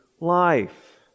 life